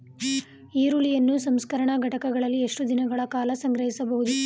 ಈರುಳ್ಳಿಯನ್ನು ಸಂಸ್ಕರಣಾ ಘಟಕಗಳಲ್ಲಿ ಎಷ್ಟು ದಿನಗಳ ಕಾಲ ಸಂಗ್ರಹಿಸಬಹುದು?